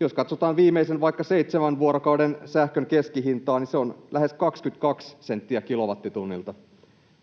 Jos katsotaan vaikka viimeisen seitsemän vuorokauden sähkön keskihintaa, niin se on lähes 22 senttiä kilowattitunnilta.